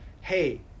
hey